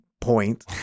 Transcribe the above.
point